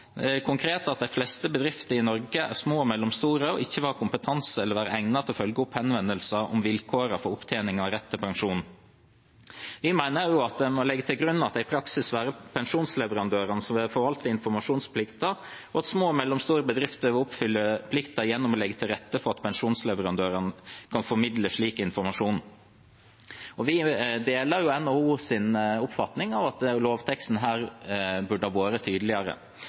konkret at «de fleste bedrifter i Norge er små og mellomstore, og ikke vil ha kompetanse eller være egnet til å følge opp henvendelser om vilkårene for opptjening av rett til pensjon». Vi mener at en må legge til grunn at det i praksis vil være pensjonsleverandørene som vil forvalte informasjonsplikten, og at små og mellomstore bedrifter vil oppfylle plikten gjennom å legge til rette for at pensjonsleverandørene kan formidle slik informasjon. Vi deler NHOs oppfatning av at lovteksten her burde ha vært tydeligere.